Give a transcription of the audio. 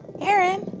aaron.